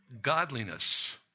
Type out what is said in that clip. godliness